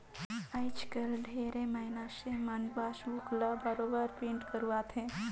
आयज कायल ढेरे मइनसे मन पासबुक ल बरोबर पिंट करवाथे